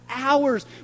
hours